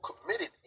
committed